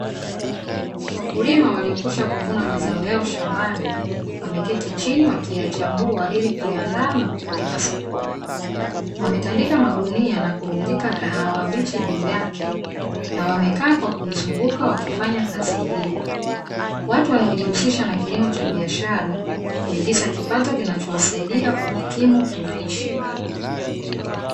Wakulima waliokuwisha kuvuna mazao yao shambani wameketii chini wakiya chambua ili kuyaanda na kupeleka sokoni, wametandika magunia na kurundika kahawa mbichi juu yake na wamekaa kwa kuizunguka wakifanya kazi hio. Watu wanaojihusisha na kilimo cha biashara kuingiza kipato kinacho wasaidia kujikimu kimaisha.